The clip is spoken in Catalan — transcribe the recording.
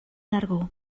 nargó